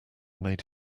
made